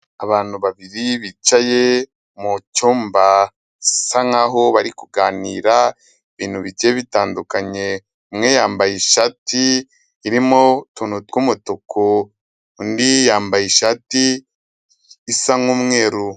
Abantu babiri bicaye mu cyumba bisa nkaho bari kuganira ibintu bigiye bitandukanye, umwe yambaye ishati irimo utuntu tw'umutuku, undi yambaye ishati isa nk'umweru.